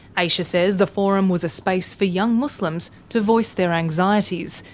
aisha says the forum was a space for young muslims to voice their anxieties,